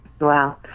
Wow